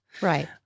Right